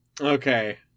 Okay